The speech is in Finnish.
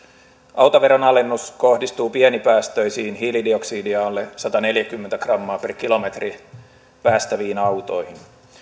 autoveron alennus kohdistuu pienipäästöisiin hiilidioksidia alle sataneljäkymmentä grammaa per kilometri päästäviin autoihin